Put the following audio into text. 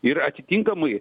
ir atitinkamai